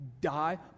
die